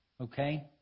Okay